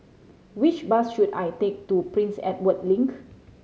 which bus should I take to Prince Edward Link